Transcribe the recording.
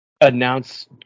announce